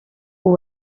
aux